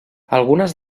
algunes